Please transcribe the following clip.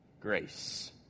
grace